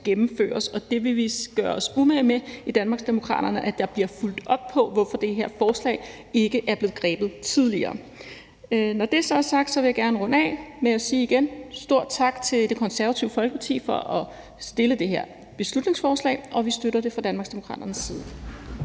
gennemføres, og det vil vi i Danmarksdemokraterne gøre os umage med at der bliver fulgt op på, altså hvorfor det her forslag ikke er blevet grebet tidligere. Når det så er sagt, vil jeg gerne runde af med igen at sige stor tak til Det Konservative Folkeparti for at fremsætte det her beslutningsforslag, og vi støtter det fra Danmarksdemokraternes side.